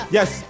Yes